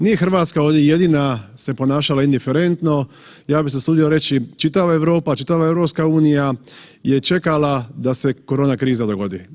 Nije RH ovdje jedina se ponašala indiferentno, ja bi se usudio reći čitava Europa, čitava EU je čekala da se korona kriza dogodi.